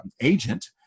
agent